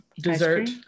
dessert